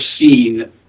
seen